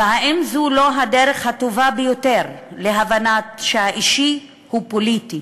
והאם זו לא הדרך הטובה ביותר להבנה שהאישי הוא פוליטי